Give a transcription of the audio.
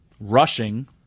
rushing